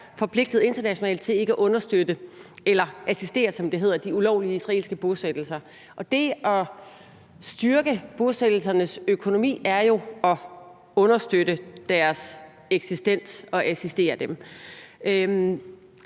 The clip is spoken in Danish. forpligtet internationalt til ikke at understøtte eller assistere, som det hedder, de ulovlige israelske bosættelser. Det at styrke bosættelsernes økonomi er jo at understøtte deres eksistens, at assistere dem.